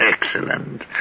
Excellent